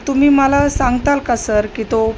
तुम्ही मला सांगताल का सर की तो